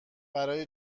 برا